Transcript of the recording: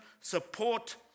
support